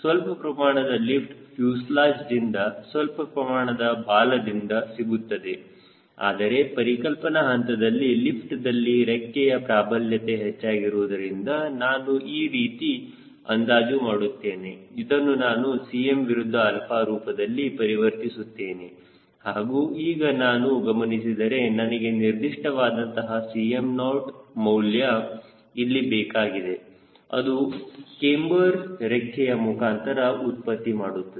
ಸ್ವಲ್ಪ ಪ್ರಮಾಣದ ಲಿಫ್ಟ್ ಫ್ಯೂಸೆಲಾಜ್ದಿಂದ ಸ್ವಲ್ಪ ಪ್ರಮಾಣ ಬಾಲದಿಂದ ಸಿಗುತ್ತದೆ ಆದರೆ ಪರಿಕಲ್ಪನಾ ಹಂತದಲ್ಲಿ ಲಿಫ್ಟ್ದಲ್ಲಿ ರೆಕ್ಕೆಯ ಪ್ರಾಬಲ್ಯತೆ ಹೆಚ್ಚಾಗಿರುವುದರಿಂದ ನಾನು ಈ ರೀತಿ ಅಂದಾಜು ಮಾಡುತ್ತೇನೆ ಇದನ್ನು ನಾನು Cm ವಿರುದ್ಧ 𝛼 ರೂಪದಲ್ಲಿ ಪರಿವರ್ತಿಸುತ್ತೇನೆ ಹಾಗೂ ಈಗ ನಾನು ಗಮನಿಸಿದರೆ ನನಗೆ ನಿರ್ದಿಷ್ಟವಾದಂತಹ Cm0 ಮೌಲ್ಯ ಇಲ್ಲಿ ಬೇಕಾಗಿದೆ ಅದು ಕ್ಯಾಮ್ಬರ್ ರೆಕ್ಕೆಯ ಮುಖಾಂತರ ಉತ್ಪತ್ತಿಮಾಡುತ್ತದೆ